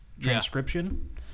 transcription